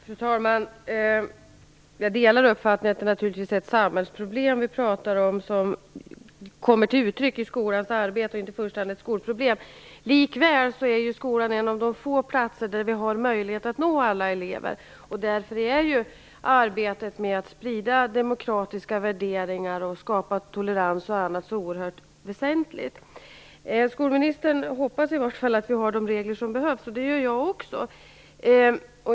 Fru talman! Jag delar uppfattningen att det som vi talar om naturligtvis är ett samhällsproblem som kommer till uttryck i skolans arbete, och inte ett skolproblem i första hand. Likväl är skolan en av de få platser där vi har möjlighet att nå alla elever. Därför är arbetet med att sprida demokratiska värderingar, skapa tolerans osv. oerhört väsentligt. Skolministern hoppas att vi har de regler som behövs. Det gör jag också.